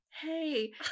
hey